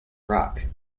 rock